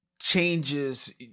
changes